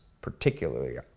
particularly